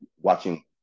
watching